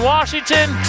Washington